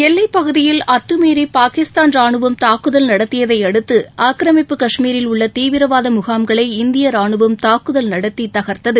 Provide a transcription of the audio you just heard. எல்லைப் பகுதியில் அத்துமீறி பாகிஸ்தான் ரானுவம் தாக்குதல் நடத்தியதையடுத்து ஆக்கிரமிப்பு கஷ்மீரில் உள்ள தீவிரவாத முகாம்களை இந்திய ராணுவம் தாக்குதல் நடத்தி தகர்த்தது